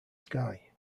sky